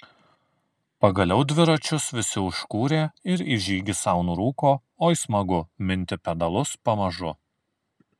pagaliau dviračius visi užkūrė ir į žygį sau nurūko oi smagu minti pedalus pamažu